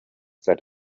that